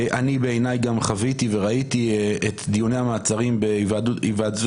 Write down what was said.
אני בעיניי גם חוויתי וראיתי את דיוני המעצרים בהיוועדות